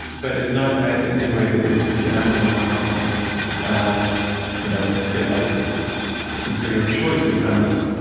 but is not as integrated into the amazon platform as you know they'd like to be and so your choice becomes,